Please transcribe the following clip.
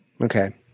Okay